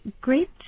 great